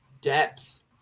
depth